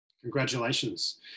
Congratulations